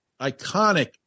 iconic